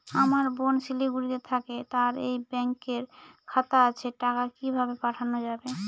আমার বোন শিলিগুড়িতে থাকে তার এই ব্যঙকের খাতা আছে টাকা কি ভাবে পাঠানো যাবে?